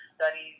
studies